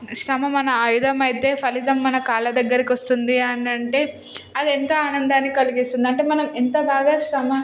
శ్రమ మన ఆయుధం అయితే ఫలితం మన కాళ్ళ దగ్గరికి వస్తుంది అని అంటే అది ఎంతో ఆనందాన్ని కలిగిస్తుంది అంటే మనం ఎంత బాగా శ్రమ